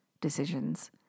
decisions